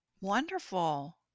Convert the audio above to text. Wonderful